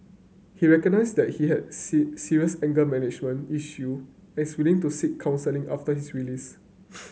he recognise that he has serious anger management issue and is willing to seek counselling after his release